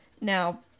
Now